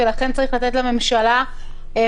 ולכן צריך לתת לממשלה מרחב,